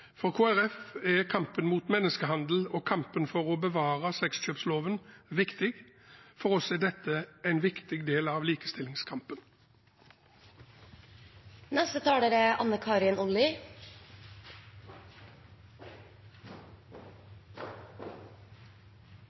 For Kristelig Folkeparti er kampen mot menneskehandel og kampen for å bevare sexkjøpsloven viktig. For oss er dette en viktig del av